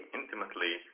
intimately